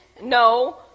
No